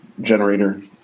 generator